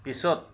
পিছত